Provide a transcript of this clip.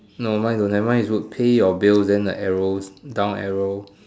no mine don't have mine is pay your bills then the arrow down arrow